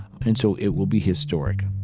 and so it will be historic.